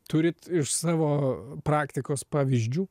turit iš savo praktikos pavyzdžių